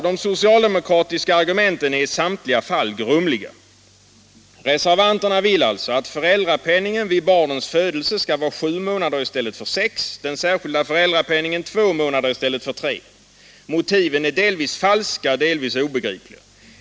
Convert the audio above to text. De socialdemokratiska argumenten är, som jag sade, i samtliga fall grumliga. Reservanterna vill alltså att föräldrapenningen vid barnens födelse skall vara sju månader i stället för sex, den särskilda föräldrapenningen två månader i stället för tre. Motiven är delvis falska, delvis obegripliga.